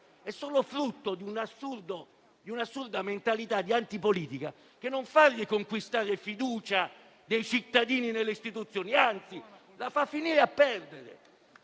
è solo frutto di un'assurda mentalità antipolitica, che non fa riconquistare fiducia ai cittadini nelle istituzioni, anzi, contribuisce a farla perdere.